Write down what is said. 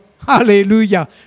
Hallelujah